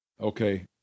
Okay